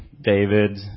David